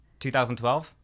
2012